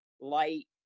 light